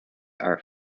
are